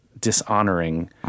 dishonoring